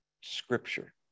scripture